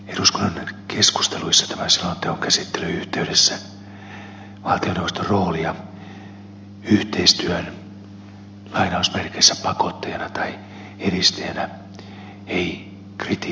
eduskunnan keskusteluissa tämän selonteon käsittelyn yhteydessä valtioneuvoston roolia yhteistyön lainausmerkeissä pakotteena tai edistäjänä ei kritisoitu